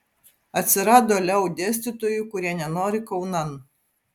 atsirado leu dėstytojų kurie nenori kaunan